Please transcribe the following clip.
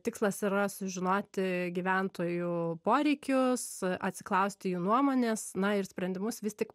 tikslas yra sužinoti gyventojų poreikius atsiklausti jų nuomonės na ir sprendimus vis tik